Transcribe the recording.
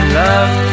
love